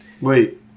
Wait